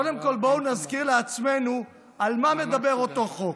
קודם כול, בואו נזכיר לעצמנו על מה מדבר אותו חוק.